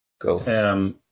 go